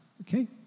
Okay